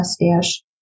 mustache